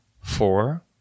four